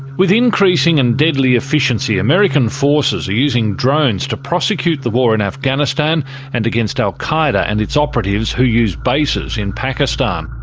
with increasing and deadly efficiency, american forces are using drones to prosecute the war in afghanistan and against al qaeda and its operatives who use bases in pakistan.